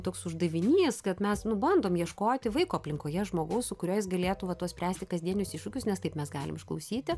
toks uždavinys kad mes bandom ieškoti vaiko aplinkoje žmogaus su kuriuo jis galėtų tuos spręsti kasdienius iššūkius nes taip mes galim išklausyti